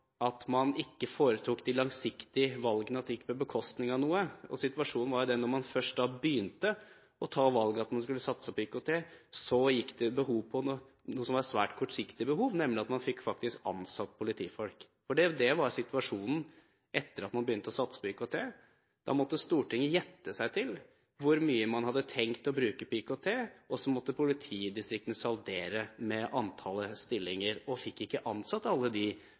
at man ikke foretok de langsiktige valgene, og at det gikk på bekostning av noe. Situasjonen var den, da man først begynte å ta valg, at man skulle satse på IKT, at det gikk på svært kortsiktige behov, nemlig at man faktisk fikk ansatt politifolk. Det var situasjonen etter at man begynte å satse på IKT. Da måtte Stortinget gjette seg til hvor mye man hadde tenkt å bruke på IKT, og så måtte politidistriktene saldere med antallet stillinger og fikk ikke ansatt alle de